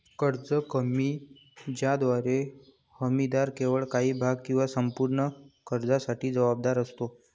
कर्ज हमी ज्याद्वारे हमीदार केवळ काही भाग किंवा संपूर्ण कर्जासाठी जबाबदार असतो